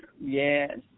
Yes